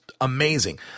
amazing